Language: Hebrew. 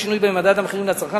בהתאם לשינוי במדד המחירים לצרכן.